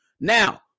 Now